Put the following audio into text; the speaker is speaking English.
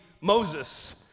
Moses